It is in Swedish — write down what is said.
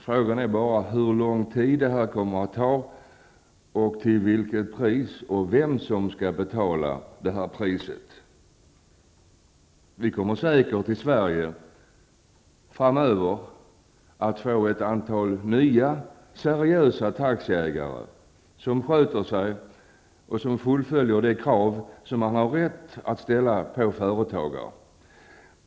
Frågan är bara hur lång tid det kommer att ta, till vilket pris det sker och vem som skall betala priset. Vi kommer säkert i Sverige framöver att få ett antal nya seriösa taxiägare som sköter sig och som efterlever de krav man har rätt att ställa på företagare.